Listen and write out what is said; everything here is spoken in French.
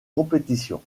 compétition